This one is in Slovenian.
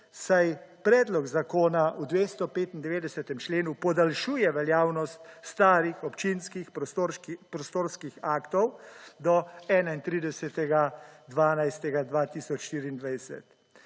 saj predlog zakona v 295. členu podaljšuje veljavnost starih občinskih prostorskih aktov do 31. 12. 2024.